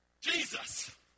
Jesus